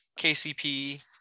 KCP